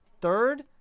third